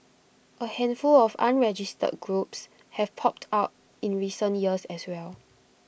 A handful of unregistered groups have popped up in recent years as well